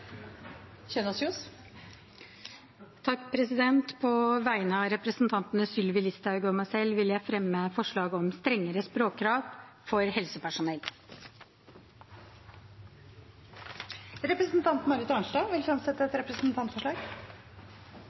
På vegne av representanten Sylvi Listhaug og meg selv vil jeg fremme forslag om strengere språkkrav for helsepersonell. Representanten Marit Arnstad vil fremsette et representantforslag.